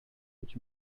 which